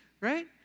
right